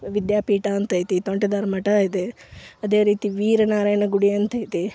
ವಿದ್ಯಾ ಪೀಠ ಅಂತೈತಿ ತೋಂಟದಾರ್ಯ ಮಠ ಇದೆ ಅದೇ ರೀತಿ ವೀರ ನಾರಾಯಣ ಗುಡಿ ಅಂತೈತಿ